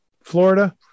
Florida